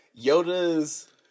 Yoda's